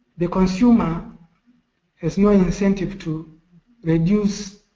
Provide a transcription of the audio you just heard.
the consumer has no incentive to reduce